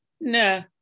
Nah